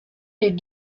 les